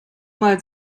mal